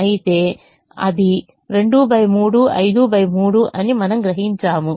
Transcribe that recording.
అయితే అది 23 53 అని మనము గ్రహించాము